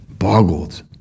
boggled